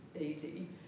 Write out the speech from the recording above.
easy